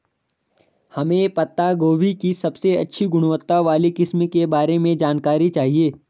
हमें पत्ता गोभी की सबसे अच्छी गुणवत्ता वाली किस्म के बारे में जानकारी चाहिए?